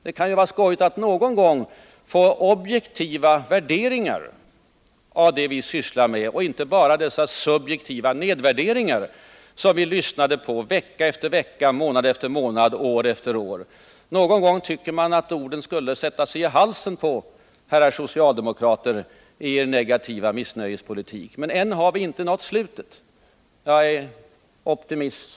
Det kan ju vara skojigt att någon gång få objektiva värderingar om det vi sysslar med och inte bara dessa subjektiva nedvärderingar, som vi lyssnat på vecka efter vecka, månad efter månad, år efter år. Man tycker att orden någon gång skulle sätta sig i halsen på herrar socialdemokrater i deras negativa missnöjespolitik. Men jag är optimist.